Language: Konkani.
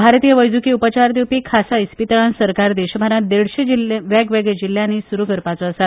भारतीय वैजकी उपचार दिवपी खासा इस्पितळा सरकार देशभरात देडशे वेगवेगळ्या जिल्ल्यानी सुरू करपाचो आसा